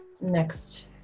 next